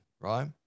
right